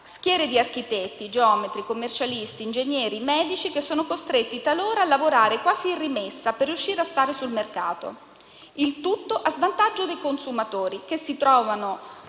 schiere di architetti, geometri, commercialisti, ingegneri, medici, che sono costretti talora a lavorare quasi in rimessa per riuscire a stare sul mercato. Il tutto a svantaggio dei consumatori, che si trovano